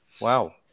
Wow